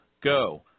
Go